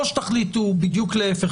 או שתחליטו בדיוק להיפך,